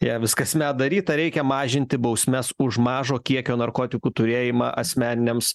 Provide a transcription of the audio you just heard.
ją vis kasmet daryt ar reikia mažinti bausmes už mažo kiekio narkotikų turėjimą asmeniniams